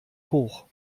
hoch